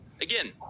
Again